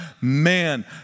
man